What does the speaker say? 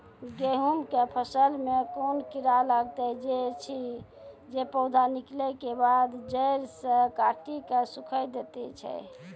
गेहूँमक फसल मे कून कीड़ा लागतै ऐछि जे पौधा निकलै केबाद जैर सऽ काटि कऽ सूखे दैति छै?